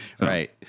Right